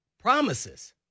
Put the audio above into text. promises